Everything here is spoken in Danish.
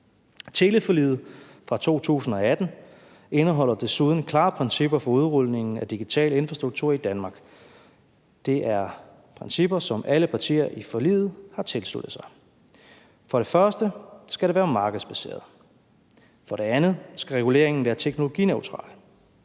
Teleforliget fra 2018 indeholder desuden klare principper for udrulningen af digital infrastruktur i Danmark. Det er principper, som alle partier i forliget har tilsluttet sig. Det skal for det første være markedsbaseret, og for det andet skal reguleringen være teknologineutral.